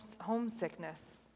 homesickness